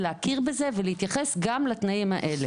להכיר בזה ולהתייחס גם לתנאים האלו.